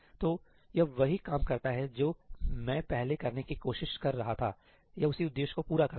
तो यह वही काम करता है जो मैं पहले करने की कोशिश कर रहा था यह उसी उद्देश्य को पूरा करता है